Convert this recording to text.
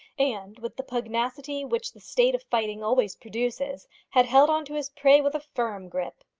and, with the pugnacity which the state of fighting always produces, had held on to his prey with a firm grip.